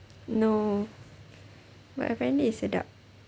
no but apparently it's sedap